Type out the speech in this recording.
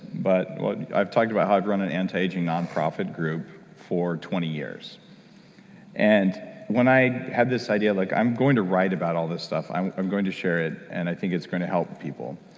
but i've talked about how to run an anti-aging non profit group for twenty years and when i had this idea, like i'm going to write about all this stuff. i'm i'm going to share it and i think that it's going to help people.